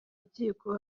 rukiko